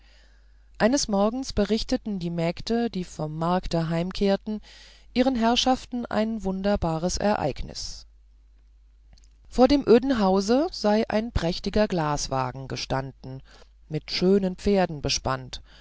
eines morgens berichteten die mägde die vom markte heimkehrten ihren herrschaften ein wunderbares ereignis vor dem öden hause sei ein prächtiger glaswagen gestanden mit schönen pferden bespannt